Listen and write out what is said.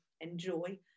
enjoy